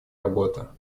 работа